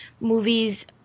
movies